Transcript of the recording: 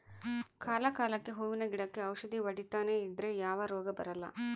ಕಾಲ ಕಾಲಕ್ಕೆಹೂವಿನ ಗಿಡಕ್ಕೆ ಔಷಧಿ ಹೊಡಿತನೆ ಇದ್ರೆ ಯಾವ ರೋಗ ಬರಲ್ಲ